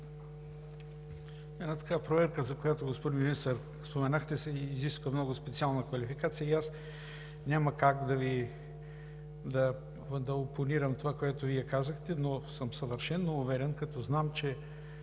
една такава проверка, за която, господин Министър, споменахте, се изисква много специална квалификация и аз няма как да опонирам това, което Вие казахте, но съм съвършено уверен, като знам, че